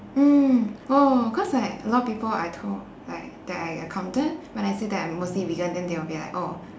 mm oh cause like a lot of people I talk like that I encountered when I say that I'm mostly vegan then they would be like oh